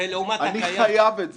אני חייב את זה,